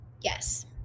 yes